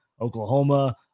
Oklahoma